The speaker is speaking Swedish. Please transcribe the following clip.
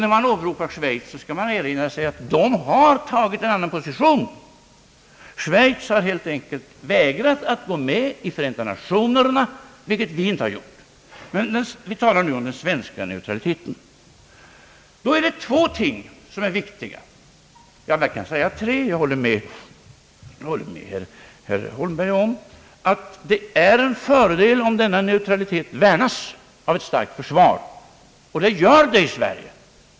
När man åberopar Schweiz bör man erinra sig att Schweiz har tagit en annan position. Schweiz har helt enkelt vägrat att gå med i Förenta Nationerna, vilket vi har gjort. Vi talar nu här om den svenska neutraliteten, och då är det tre ting som är viktiga. Jag håller med herr Holmberg om att denna neutralitet skall värnas av ett starkt försvar, och det gör den i Sverige.